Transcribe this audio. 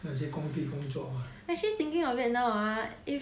那些工地工作